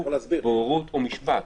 בוררות או משפט.